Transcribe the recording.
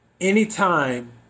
Anytime